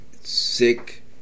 Sick